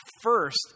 first